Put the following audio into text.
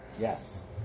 Yes